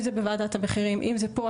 אם זה בוועדת המחירים ואם זה פה,